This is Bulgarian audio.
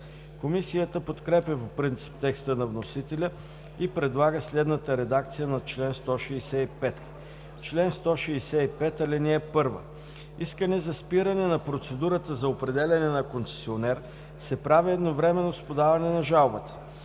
Комисията подкрепя по принцип текста на вносителя и предлага следната редакция на чл. 165: „Чл. 165. (1) Искане за спиране на процедурата за определяне на концесионер се прави едновременно с подаване на жалбата.